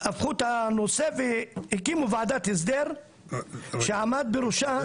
הפכו את הנושא והקימו ועדת הסדר שעמד בראשה --- ריאד,